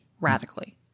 radically